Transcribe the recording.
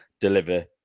deliver